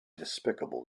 despicable